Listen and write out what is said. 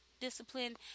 discipline